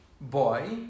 boy